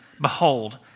behold